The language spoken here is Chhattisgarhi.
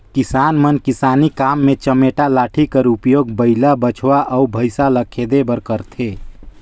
किसान मन किसानी काम मे चमेटा लाठी कर उपियोग बइला, बछवा अउ भइसा ल खेदे बर करथे